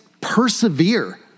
persevere